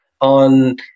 on